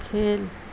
کھیل